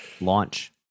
launch